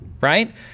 right